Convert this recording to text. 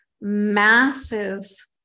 massive